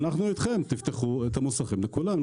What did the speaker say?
אנחנו אתכם ותפתחו את המוסכים לכולם.